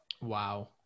Wow